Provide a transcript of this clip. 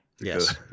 Yes